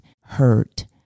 hurt